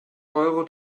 euro